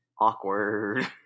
awkward